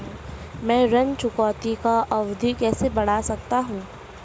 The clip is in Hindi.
मैं ऋण चुकौती की अवधि कैसे बढ़ा सकता हूं?